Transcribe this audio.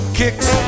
kicks